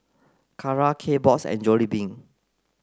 Kara Kbox and Jollibee